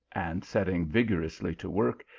and setting vigorously to work,